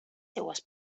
seues